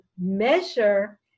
measure